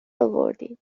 آوردین